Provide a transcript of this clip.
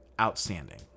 outstanding